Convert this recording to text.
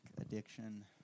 addiction